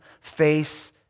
face